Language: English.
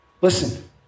Listen